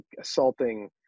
assaulting